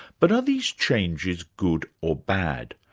but are these changes good or bad?